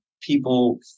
people